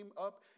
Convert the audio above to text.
up